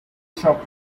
shop